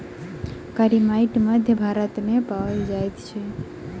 कारी माइट मध्य भारत मे पाओल जाइत अछि